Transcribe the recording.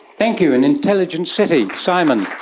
thank you. an intelligent city. simon?